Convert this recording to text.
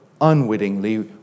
unwittingly